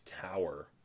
Tower